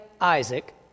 Isaac